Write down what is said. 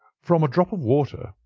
from a drop of water,